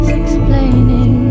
explaining